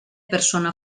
persona